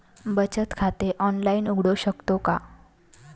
बचत खाते ऑनलाइन उघडू शकतो का?